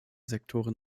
sektoren